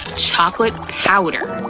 chocolate powder!